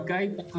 בנוסף,